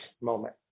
moment